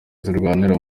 zirwanira